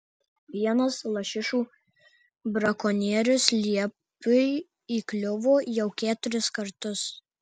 vienas lašišų brakonierius liepiui įkliuvo jau keturis kartus